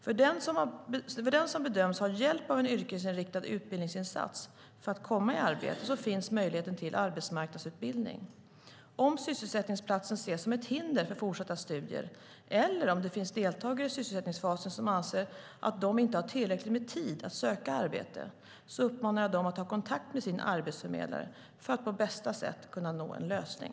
För den som bedöms ha hjälp av en yrkesinriktad utbildningsinsats för att komma i arbete finns möjligheten till arbetsmarknadsutbildning. Om sysselsättningsplatsen ses som ett hinder för fortsatta studier eller om det finns deltagare i sysselsättningsfasen som anser att de inte har tillräcklig tid att söka arbete, uppmanar jag dem att ta kontakt med sin arbetsförmedlare för att på bästa sätt kunna nå en lösning.